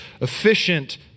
efficient